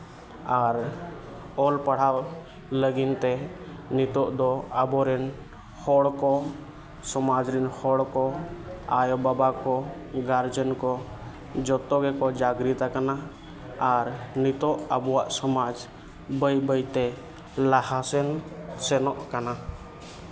ᱟᱨ ᱚᱞ ᱯᱟᱲᱦᱟᱣ ᱞᱟᱹᱜᱤᱫ ᱛᱮ ᱱᱤᱛᱚᱜ ᱫᱚ ᱟᱵᱚ ᱨᱮᱱ ᱦᱚᱲ ᱠᱚ ᱥᱚᱢᱟᱡᱽ ᱨᱮᱱ ᱦᱚᱲ ᱠᱚ ᱟᱭᱳᱼᱵᱟᱵᱟ ᱠᱚ ᱜᱟᱨᱡᱮᱱ ᱠᱚ ᱡᱚᱛᱚ ᱜᱮᱠᱚ ᱡᱟᱜᱽᱨᱤᱛ ᱟᱠᱟᱱᱟ ᱟᱨ ᱱᱤᱛᱚᱜ ᱟᱵᱚᱣᱟᱜ ᱥᱚᱢᱟᱡᱽ ᱵᱟᱹᱭ ᱵᱟᱹᱭ ᱛᱮ ᱞᱟᱦᱟᱥᱮᱱ ᱥᱮᱱᱚᱜ ᱠᱟᱱᱟ